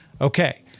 okay